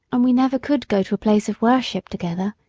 and we never could go to a place of worship together,